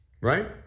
Right